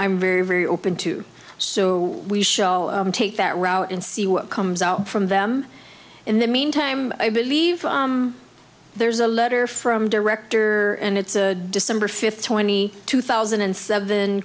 i'm very very open to so we shall take that route and see what comes out from them in the meantime i believe there's a letter from director and it's a december fifth twenty two thousand and seven